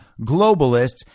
globalists